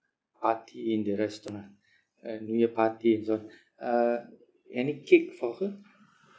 party in the restaurant a new year party and so on uh any cake for her